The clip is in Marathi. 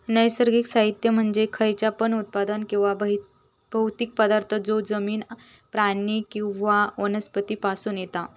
नैसर्गिक साहित्य म्हणजे खयचा पण उत्पादन किंवा भौतिक पदार्थ जो जमिन, प्राणी किंवा वनस्पती पासून येता